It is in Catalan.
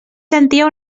sentia